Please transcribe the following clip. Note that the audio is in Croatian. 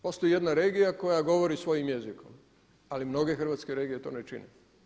Postoji jedna regija koja govori svojim jezikom ali mnoge hrvatske regije to ne čine.